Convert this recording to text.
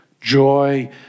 joy